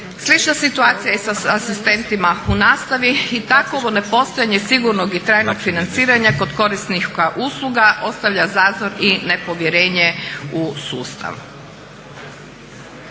Slična je situacija i sa asistentima u nastavi i takovo nepostojanje sigurnog i trajnog financiranja kod korisnika usluga ostavlja zazor i nepovjerenje u sustav.